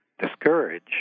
discourage